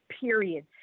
period